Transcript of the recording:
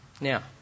Now